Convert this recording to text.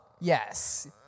Yes